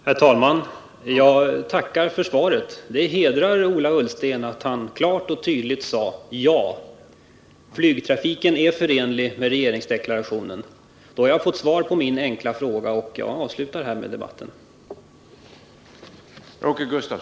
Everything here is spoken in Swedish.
Herr talman! Jag tackar för svaret. Det hedrar Ola Ullsten att han klart och tydligt sade: Ja, flygtrafiken är förenlig med regeringsdeklarationen. — Då har jag fått svar på min fråga, och jag avslutar härmed debatten för min del.